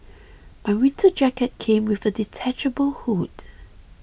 my winter jacket came with a detachable hood